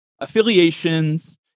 affiliations